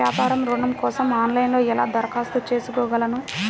వ్యాపార ఋణం కోసం ఆన్లైన్లో ఎలా దరఖాస్తు చేసుకోగలను?